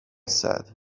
said